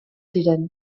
ziren